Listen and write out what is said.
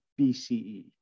BCE